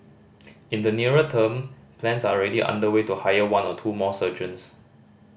in the nearer term plans are already underway to hire one or two more surgeons